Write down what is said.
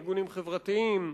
ארגונים חברתיים,